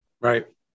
Right